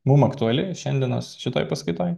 mum aktuali šiandienos šitoj paskaitoj